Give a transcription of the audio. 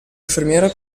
infermiera